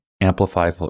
amplify